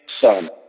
son